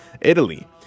Italy